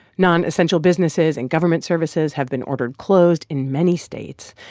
nonessential businesses and government services have been ordered closed in many states.